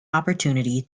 opportunity